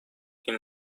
این